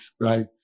right